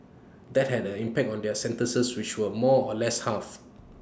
that had an impact on their sentences which were more or less halved